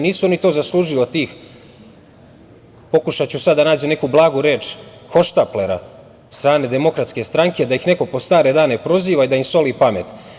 Nisu oni to zaslužili od tih, pokušaću sada da nađem neku blagu reč, hohštaplera, od strane Demokratske stranke, da ih neko pod stare dane proziva i da im soli pamet.